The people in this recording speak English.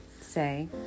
say